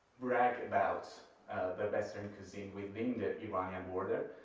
brag about the western cuisine within the iranian border,